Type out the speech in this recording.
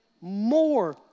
more